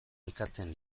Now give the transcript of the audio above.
elkarteen